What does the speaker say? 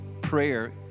Prayer